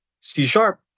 C-sharp